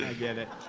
get it,